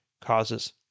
causes